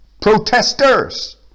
protesters